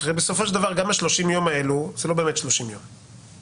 הרי בסופו של דבר גם 30 יום האלו זה לא באמת 30 יום,